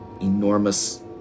enormous